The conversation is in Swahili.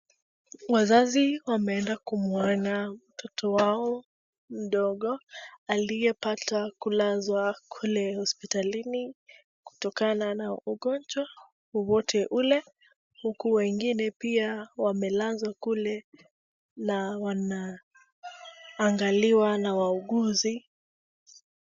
Wazazi wameenda kumuona mtoto wao mdogo aliyepata kulazwa kule hospitalini kutokana ugonjwa wowote ule huku wengine wamelazwa kule na wanaangaliwa na wauguzi.